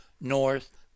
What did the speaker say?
north